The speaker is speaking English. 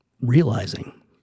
Realizing